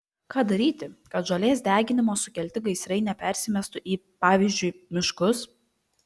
ką daryti kad žolės deginimo sukelti gaisrai nepersimestų į pavyzdžiui miškus